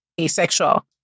asexual